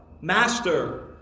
Master